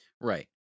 Right